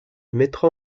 mettra